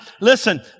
listen